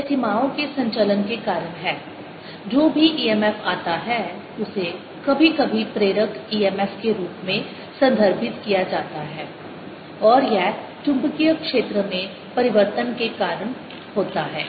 यह सीमाओं के संचलन के कारण है जो भी emf आता है उसे कभी कभी प्रेरक emf के रूप में संदर्भित किया जाता है और यह चुंबकीय क्षेत्र में परिवर्तन के कारण होता है